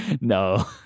no